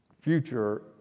future